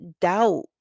doubt